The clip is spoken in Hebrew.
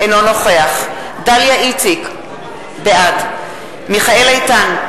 אינו נוכח דליה איציק, בעד מיכאל איתן,